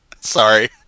Sorry